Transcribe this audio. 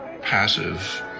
passive